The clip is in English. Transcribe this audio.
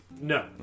No